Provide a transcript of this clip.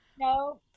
No